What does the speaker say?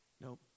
Nope